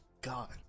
God